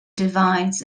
divides